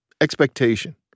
expectation